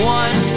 one